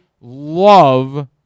love